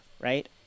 right